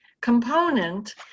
component